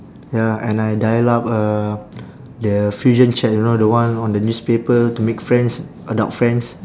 ya and I dial up uh the fusion chat you know the one on the newspaper to make friends adult friends